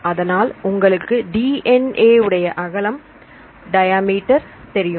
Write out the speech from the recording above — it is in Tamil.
அதனால் உங்களுக்கு DNA உடைய அகலம் டயாமீட்டர் தெரியும்